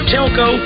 telco